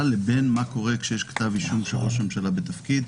לבין מה קורה כשיש כתב אישום כשראש ממשלה בתפקיד.